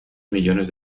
millones